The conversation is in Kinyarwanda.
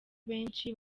benshi